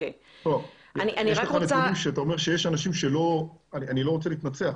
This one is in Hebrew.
אני לא רוצה להתנצח,